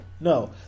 no